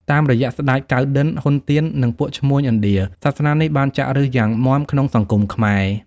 តាមរយៈស្ដេច កៅណ្ឌិន្យ (ហ៊ុន ទៀន) និងពួកឈ្មួញឥណ្ឌា សាសនានេះបានចាក់ឫសយ៉ាងមាំក្នុងសង្គមខ្មែរ។។